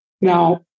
Now